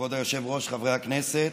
כבוד היושב-ראש, חברי הכנסת,